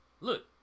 Look